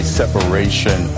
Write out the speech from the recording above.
separation